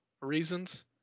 reasons